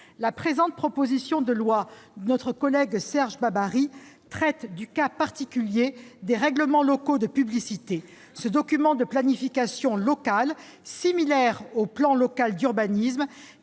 La proposition de loi de notre collègue Serge Babary traite du cas particulier des règlements locaux de publicité, les RLP : ce document de planification locale, similaire au plan local d'urbanisme,